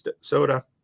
soda